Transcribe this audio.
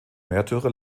märtyrer